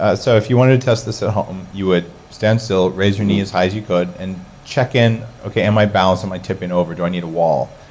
ah so if you wanted to test this at home, you would stand still, raise your knee as high as you could, and check in, okay, am i balanced? am i tipping over? do i need a wall?